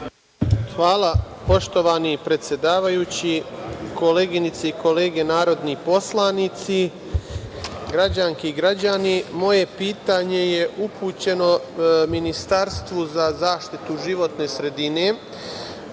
Hvala, poštovani predsedavajući. Koleginice i kolege narodni poslanici, građanke i građani, moje pitanje je upućeno Ministarstvu za zaštitu životne sredine,